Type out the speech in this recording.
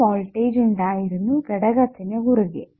ഒരു വോൾടേജ് ഉണ്ടായിരുന്നു ഘടകത്തിന് കുറുകെ